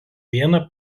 vieną